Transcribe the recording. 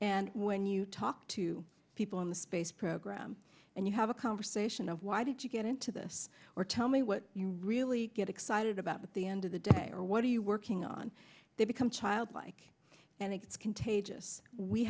and when you talk to people in the space program and you have a conversation of why did you get into this or tell me what you really get excited about at the end of the day or what are you working on they become childlike and it's contagious we